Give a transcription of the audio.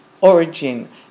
origin